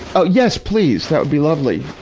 oh, yes, please. that would be lovely,